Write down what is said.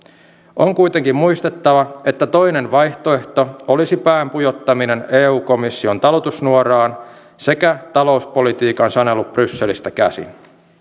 on kuitenkin muistettava että toinen vaihtoehto olisi pään pujottaminen eu komission talutusnuoraan sekä talouspolitiikan sanelu brysselistä käsin